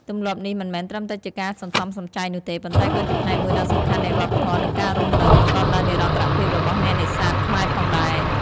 ទម្លាប់នេះមិនមែនត្រឹមតែជាការសន្សំសំចៃនោះទេ ប៉ុន្តែក៏ជាផ្នែកមួយដ៏សំខាន់នៃវប្បធម៌ និងការរស់នៅប្រកបដោយនិរន្តរភាពរបស់អ្នកនេសាទខ្មែរផងដែរ។